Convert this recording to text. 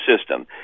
system